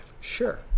Sure